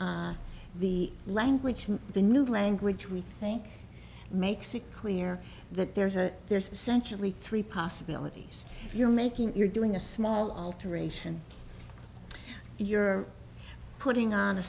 the language the new language we think makes it clear that there's a there's essentially three possibilities you're making you're doing a small alteration you're putting on a